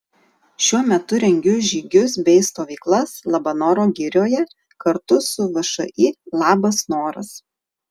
šiuo metu rengiu žygius bei stovyklas labanoro girioje kartu su všį labas noras